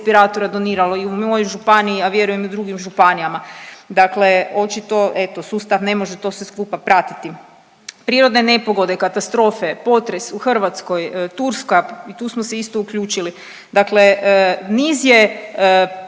respiratora doniralo i u mojoj županiji, a vjerujem i u drugim županijama, dakle očito eto sustav ne može to sve skupa pratiti. Prirodne nepogode, katastrofe, potres u Hrvatskoj, Turska i tu smo se isto uključili, dakle niz je